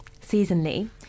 seasonally